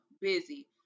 Busy